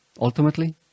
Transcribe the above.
ultimately